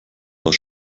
aus